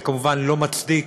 שכמובן לא מצדיק